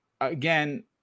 again